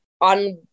on